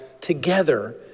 together